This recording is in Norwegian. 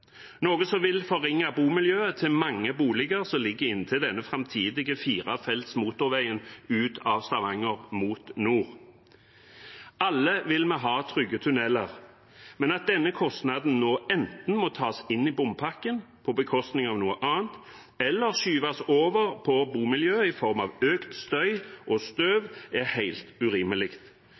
noe som vil forringe bomiljøet for mange boliger som ligger inntil denne framtidige firefelts motorveien ut av Stavanger mot nord. Alle vil vi ha trygge tunneler. Men at denne kostnaden nå må tas enten inn i bompakken på bekostning av noe annet, eller skyves over på bomiljøet i form av økt støy og støv, er helt urimelig.